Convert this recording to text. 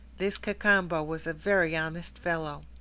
this cacambo was a very honest fellow.